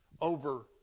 over